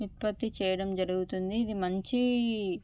ఉత్పత్తి చేయడం జరుగుతుంది ఇది మంచి